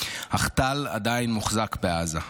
אך טל עדיין מוחזק בעזה.